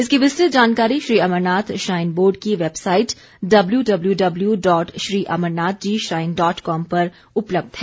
इसकी विस्तृत जानकारी श्रीअमरनाथ श्राइन बोर्ड की website W W W dot Shri Amarnathji shrine dot com पर उपलब्ध है